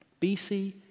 BC